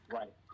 right